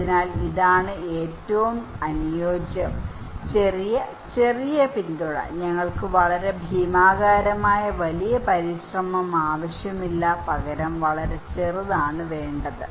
അതിനാൽ ഇതാണ് ഏറ്റവും അനുയോജ്യം ചെറിയ ചെറിയ പിന്തുണ ഞങ്ങൾക്ക് വളരെ ഭീമാകാരമായ വലിയ പരിശ്രമം ആവശ്യമില്ല പകരം വളരെ ചെറുതാണ് വേണ്ടത്